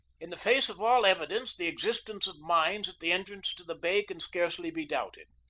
in the face of all evidence the existence of mines at the entrance to the bay can scarcely be doubted.